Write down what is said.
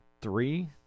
three